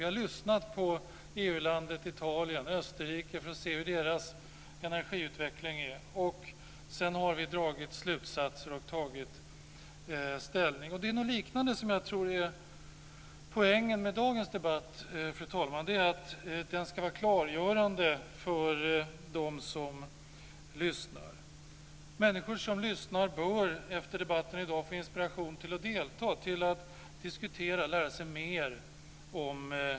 Vi har lyssnat på EU länderna Italien och Österrike för att höra hur deras energiutveckling är. Sedan har vi dragit slutsatser och tagit ställning. Det är något liknande som jag tror är poängen med dagens debatt, fru talman, och det är att den ska vara klargörande för dem som lyssnar. Människor som lyssnar bör efter debatten i dag få inspiration till att delta, diskutera och lära sig mer om EMU.